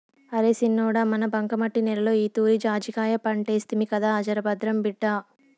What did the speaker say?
అరే సిన్నోడా మన బంకమట్టి నేలలో ఈతూరి జాజికాయ పంటేస్తిమి కదా జరభద్రం బిడ్డా